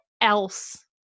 else